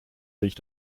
sich